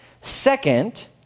Second